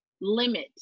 limit